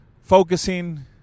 focusing